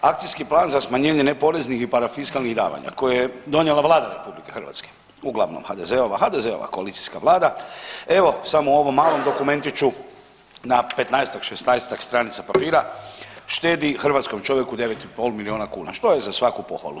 Akcijski plan za smanjenje neporeznih i parafiskalnih davanja koje je donijela Vlada RH uglavnom HDZ-ova, HDZ-ova koalicijska vlada evo samo u ovom malom dokumentiću na 15-ak, 16-ak stranica papira štedi hrvatskom čovjeku 9,5 milijuna kuna što je za svaku pohvalu.